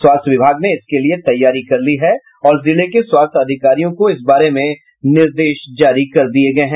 स्वास्थ्य विभाग ने इसके लिए तैयारी कर ली है और जिले के स्वास्थ्य अधिकारियों को इस बारे में निर्देश जारी कर दिये गये हैं